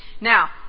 Now